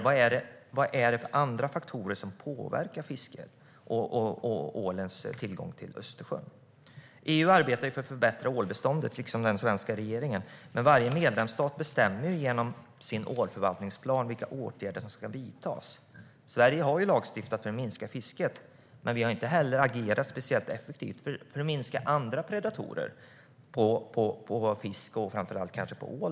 Vilka andra faktorer påverkar fisket och ålens tillgång till Östersjön? EU arbetar för att förbättra ålbeståndet, liksom den svenska regeringen, men varje medlemsstat bestämmer genom sin ålförvaltningsplan vilka åtgärder som ska vidtas. Sverige har lagstiftat för att minska fisket, men vi har inte agerat speciellt effektivt för att minska mängden av andra predatorer på fisk och framför allt ål.